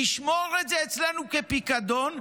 נשמור את זה אצלנו כפיקדון,